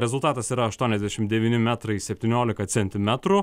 rezultatas yra aštuoniasdešim devyni metrai septyniolika centimetrų